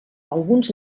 alguns